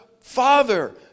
Father